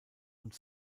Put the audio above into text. und